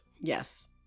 yes